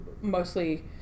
Mostly